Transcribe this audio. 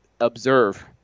observe